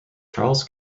charles